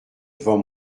devant